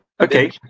Okay